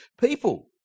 people